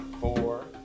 four